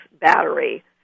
battery